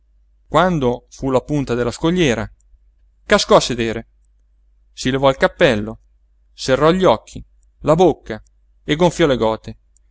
quando fu alla punta della scogliera cascò a sedere si levò il cappello serrò gli occhi la bocca e gonfiò le gote